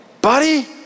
buddy